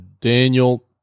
Daniel